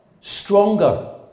stronger